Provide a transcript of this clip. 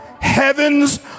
heavens